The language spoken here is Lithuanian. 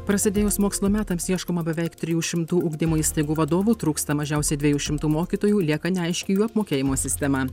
prasidėjus mokslo metams ieškoma beveik trijų šimtų ugdymo įstaigų vadovų trūksta mažiausiai dviejų šimtų mokytojų lieka neaiški jų apmokėjimo sistema